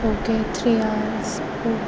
okay three hours okay